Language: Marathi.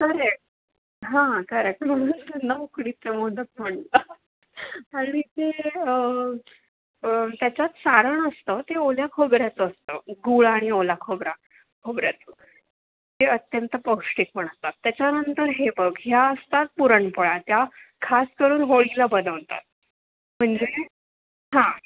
करेक्ट हां करेक्ट म्हणूनच त्यांना उकडीचं मोदक म्हणतात आणि ते त्याच्यात सारण असतं ते ओल्या खोबऱ्याचं असतं गुळ आणि ओला खोबरा खोबऱ्याचं ते अत्यंत पौष्टिक पण असतात त्याच्यानंतर हे बघ ह्या असतात पुरणपोळ्या त्या खास करून होळीला बनवतात म्हणजे हां